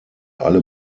alle